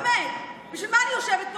באמת, בשביל מה אני יושבת פה?